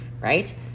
right